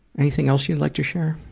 anything else you'd like to share? oh,